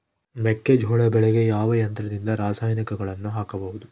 ಮೆಕ್ಕೆಜೋಳ ಬೆಳೆಗೆ ಯಾವ ಯಂತ್ರದಿಂದ ರಾಸಾಯನಿಕಗಳನ್ನು ಹಾಕಬಹುದು?